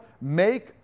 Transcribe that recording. make